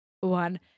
one